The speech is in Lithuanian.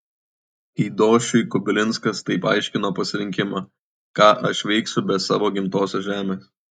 keidošiui kubilinskas taip aiškino pasirinkimą ką aš veiksiu be savo gimtosios žemės